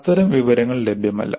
അത്തരം വിവരങ്ങൾ ലഭ്യമല്ല